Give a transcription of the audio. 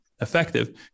Effective